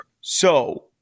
So-